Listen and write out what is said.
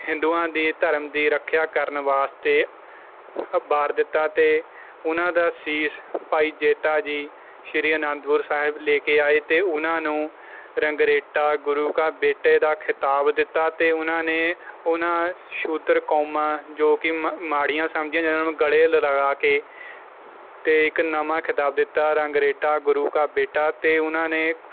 ਹਿੰਦੂਆਂ ਦੇ ਧਰਮ ਦੀ ਰੱਖਿਆ ਕਰਨ ਵਾਸਤੇ ਵਾਰ ਦਿੱਤਾ ਅਤੇ ਉਹਨਾਂ ਦਾ ਸੀਸ ਭਾਈ ਜੈਤਾ ਜੀ ਸ੍ਰੀ ਅਨੰਦਪੁਰ ਸਾਹਿਬ ਲੈ ਕੇ ਆਏ ਅਤੇ ਉਹਨਾਂ ਨੂੰ ਰੰਗਰੇਟਾ ਗੁਰੂ ਕਾ ਬੇਟੇ ਦਾ ਖਿਤਾਬ ਦਿੱਤਾ ਅਤੇ ਉਹਨਾਂ ਨੇ ਉਹਨਾਂ ਸ਼ੂਦਰ ਕੌਮਾਂ ਜੋ ਕਿ ਮ ਮਾੜੀਆਂ ਸਮਝੀਆਂ ਜਾਂਦੀਆਂ ਉਹਨਾਂ ਨੂੰ ਗਲੇ ਲਗਾ ਕੇ ਅਤੇ ਇੱਕ ਨਵਾਂ ਖਿਤਾਬ ਦਿੱਤਾ ਰੰਗਰੇਟਾ ਗੁਰੂ ਕਾ ਬੇਟਾ ਅਤੇ ਉਹਨਾਂ ਨੇ